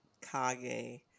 kage